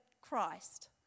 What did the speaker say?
Christ